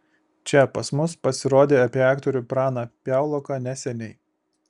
čia pas mus pasirodė apie aktorių praną piauloką neseniai